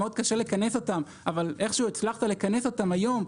מאוד קשה לכנס אותם אבל איכשהו הצלחת לכנס אותם היום,